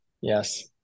Yes